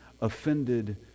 offended